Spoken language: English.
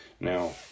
Now